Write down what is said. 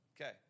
Okay